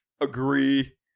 Agree